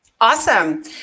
Awesome